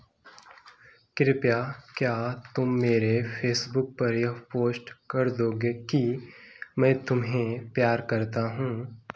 कृपया क्या तुम मेरे फे़सबुक पर यह पोस्ट कर दोगे कि मैं तुम्हें प्यार करता हूँ